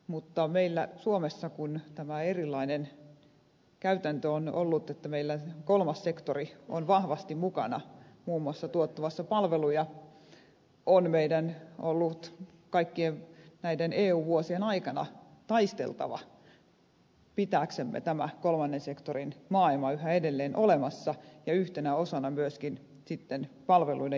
mutta kun meillä suomessa tämä erilainen käytäntö on ollut että meillä kolmas sektori on vahvasti mukana muun muassa tuottamassa palveluja on meidän ollut kaikkien näiden eu vuosien aikana taisteltava pitääksemme tämän kolmannen sektorin maailman yhä edelleen olemassa ja yhtenä osana myöskin sitten palveluiden järjestämistä